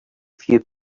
few